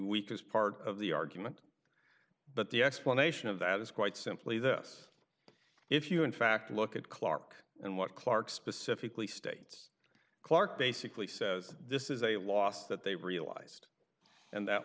weakest part of the argument but the explanation of that is quite simply this if you in fact look at clark and what clark specifically states clark basically says this is a loss that they realized and that